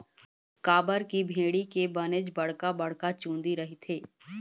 काबर की भेड़ी के बनेच बड़का बड़का चुंदी रहिथे